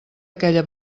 aquella